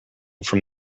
from